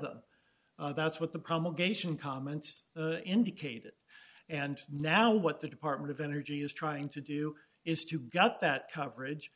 the that's what the promulgated in comments indicated and now what the department of energy is trying to do is to got that coverage